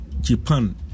Japan